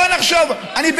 חבר הכנסת יונה,